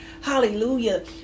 Hallelujah